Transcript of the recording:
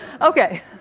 Okay